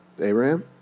Abraham